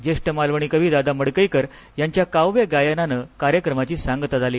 ज्येष्ठ मालवणी कवी दादा मडकईकर यांच्या काव्य गायनानं कार्यक्रमाची सांगता झाली